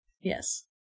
Yes